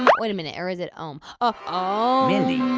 wait a minute, or is it ohm? ah ah ohm. mindy,